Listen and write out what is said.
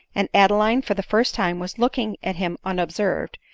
and adeline for the first time was looking at him unobserved,